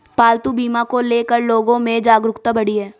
पालतू बीमा को ले कर लोगो में जागरूकता बढ़ी है